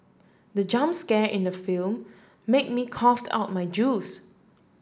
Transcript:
the jump scare in the film made me coughed out my juice